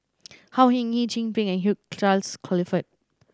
Au Hing Yee Chin Peng and Hugh Charles Clifford